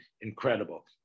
incredible